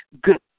good